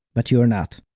but you are not.